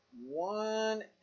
one